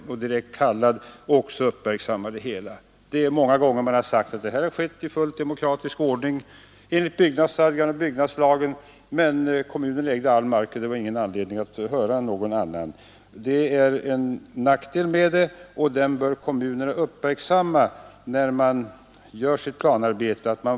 Många gånger har man sagt att det här har skett i full demokratisk ordning enligt byggnadsstadgan och byggnadslagen, men kommunen ägde all mark och det fanns ingen anledning att höra någon annan. Det är alltså en nackdel med detta, och den bör kommunerna uppmärksamma när de gör sitt planarbete.